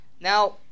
Now